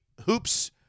Hoops